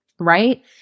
Right